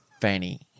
fanny